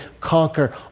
conquer